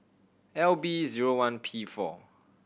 L B zero one P four